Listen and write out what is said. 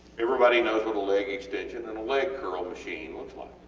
everybody knows what a leg extension and a leg curl machine looks like,